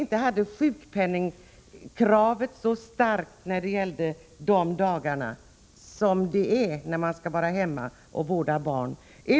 Sjukdomskravet skulle inte vara så starkt när det gällde dessa dagar som det är när man skall vara hemma och vårda sjukt barn.